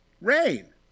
Rain